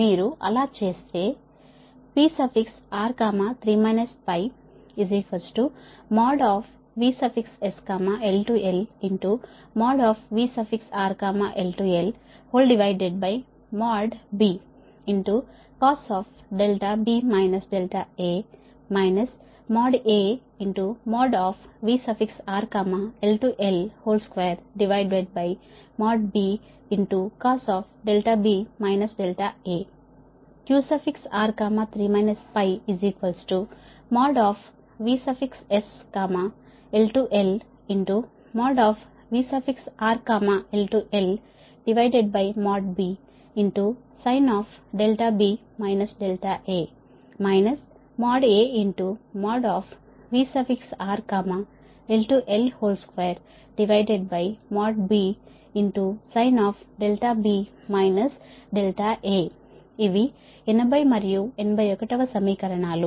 మీరు అలా చేస్తే PR3 VSL LVRL LBcos AVRL L2|B|cos QR3 VSL LVRL LBsin AVRL L2|B|sin ఇవి 80 మరియు 81 వ సమీకరణాలు